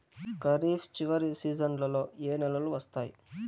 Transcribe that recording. ఖరీఫ్ చివరి సీజన్లలో ఏ నెలలు వస్తాయి?